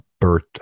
Bert